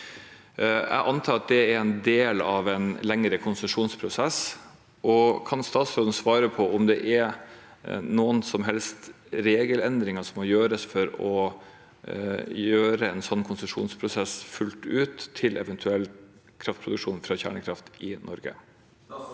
Jeg antar at det er en del av en lengre konsesjonsprosess. Kan statsråden svare på om det er noen som helst regelendringer som må gjøres for å gjøre en sånn konsesjonsprosess fullt ut til eventuell kraftproduksjon fra kjernekraft i Norge?